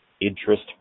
interest